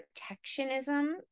protectionism